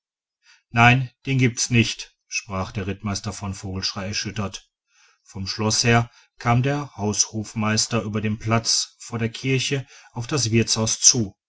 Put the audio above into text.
nein den gibt's nicht sprach der rittmeister von vogelschrey erschüttert vom schloß her kam der haushofmeister über den platz vor der kirche auf das wirtshaus zu